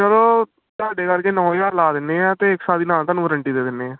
ਚਲੋ ਤੁਹਾਡੇ ਕਰਕੇ ਨੌ ਹਜ਼ਾਰ ਲਾ ਦਿੰਦੇ ਹਾਂ ਅਤੇ ਇੱਕ ਸਾਲ ਦੀ ਨਾਲ ਤੁਹਾਨੂੰ ਵਰੰਟੀ ਦੇ ਦਿੰਦੇ ਹਾਂ